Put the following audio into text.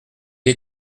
est